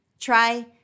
try